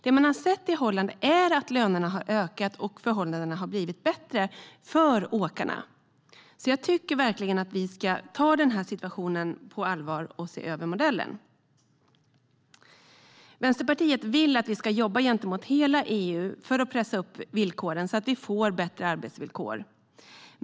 Det man har sett i Holland är att lönerna har höjts och förhållandena blivit bättre för åkarna. Jag tycker verkligen att vi ska ta situationen på allvar och se över modellen. Vänsterpartiet vill att vi ska jobba gentemot hela EU för att pressa upp villkoren så att arbetsvillkor blir bättre.